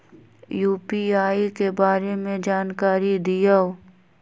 UPI के बारे में जानकारी दियौ?